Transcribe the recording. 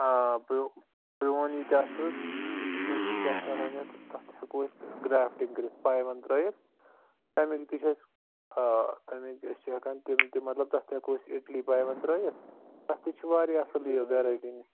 آ پرو پرٛون ییٚتہِ آسوٕ سُہ تہِ چھُ کیٛاہ چھِ وَنان یَتھ تَتھ ہٮ۪کو أسۍ گرٛافٹِنٛگ کٔرِتھ پایوَنٛد ترٛٲوِتھ تَمیُک تہِ چھِ اَسہِ آ تَمی تہِ أسۍ چھِ ہٮ۪کان تِم تہِ مطلب تَتھ ہٮ۪کو أسۍ اِٹلی پایوَنٛد ترٛٲوتھ تَتھ تہِ چھِ واریاہ اَصٕل یہِ ویرایٹی